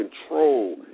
control